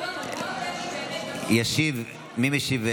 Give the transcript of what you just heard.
מי משיב,